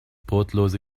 brotlose